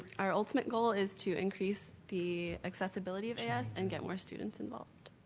our ultimate goal is to increase the accessibility of as and get more students involved.